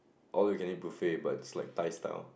all you can eat buffet but it's like Thai style